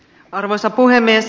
arvoisa puhemies